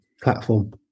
platform